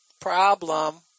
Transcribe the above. problem